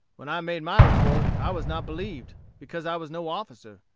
when i made my report i was not believed, because i was no officer.